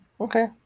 okay